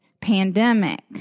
pandemic